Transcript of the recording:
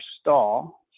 stall